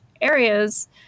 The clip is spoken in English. areas